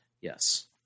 Yes